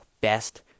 best